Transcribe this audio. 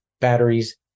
batteries